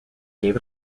gave